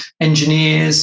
engineers